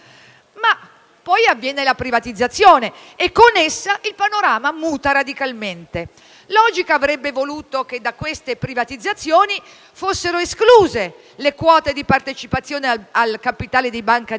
poi avviene la privatizzazione e con essa il panorama muta radicalmente. Logica avrebbe voluto che da queste privatizzazioni fossero escluse le quote di partecipazione al capitale della Banca d'Italia